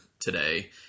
today